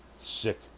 sick